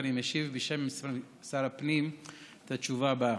ואני משיב בשם שר הפנים את התשובה הבאה: